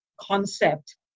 concept